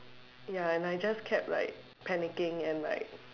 ya and I just kept like panicking and like